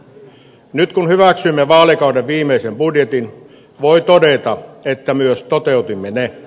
kun nyt hyväksymme vaalikauden viimeisen budjetin voi todeta että myös toteutimme ne